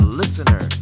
listener